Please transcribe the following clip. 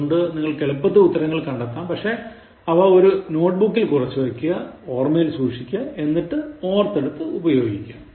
അതുകൊണ്ട് നിങ്ങൾക്ക് എളുപ്പത്തിൽ ഉത്തരങ്ങൾ കണ്ടെത്താം പക്ഷെ അവ ഒരു നോട്ട്ബുക്കിൽ കുറിച്ചു വയ്ക്കുക ഓർമയിൽ സൂക്ഷിക്കുക എന്നിട്ട് അത് ഓർത്തെടുത്ത് ഉപയോഗിക്കുക